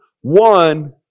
one